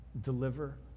deliver